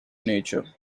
nature